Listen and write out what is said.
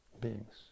beings